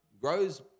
grows